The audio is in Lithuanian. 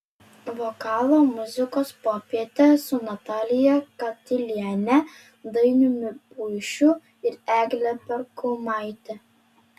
vokalo muzikos popietė su natalija katiliene dainiumi puišiu ir egle perkumaite